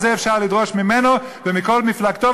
את זה אפשר לדרוש ממנו ומכל מפלגתו,